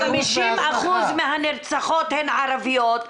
50% מהנרצחות הן ערביות,